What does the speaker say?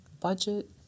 budget